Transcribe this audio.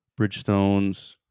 Bridgestones